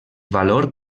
valor